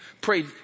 pray